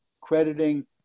crediting